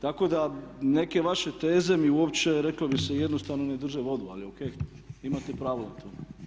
Tako da neke vaše teze mi uopće reklo bi se jednostavno ne drže vodu, ali ok imate pravo na to.